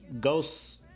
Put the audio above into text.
ghosts